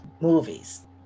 movies